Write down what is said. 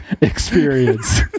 experience